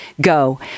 go